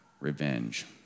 revenge